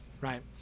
right